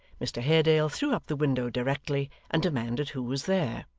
mr haredale threw up the window directly, and demanded who was there.